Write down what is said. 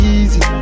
easy